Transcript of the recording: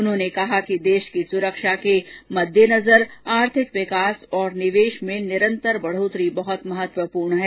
उन्होंने कहा कि देश की सुरक्षा के मद्देनजर आर्थिक विकास और निवेश में निरन्तर बढ़ोतरी बहुत महत्वपूर्ण है